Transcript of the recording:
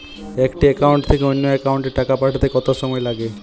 একটি একাউন্ট থেকে অন্য একাউন্টে টাকা পাঠাতে কত সময় লাগে?